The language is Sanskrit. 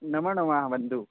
नमो नमः बन्धो